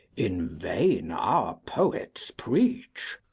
in vain our poets preach,